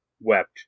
wept